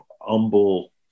humble